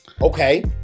Okay